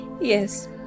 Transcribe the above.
Yes